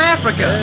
Africa